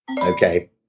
Okay